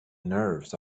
nerves